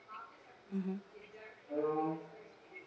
mmhmm